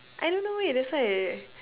I don't know that's why ah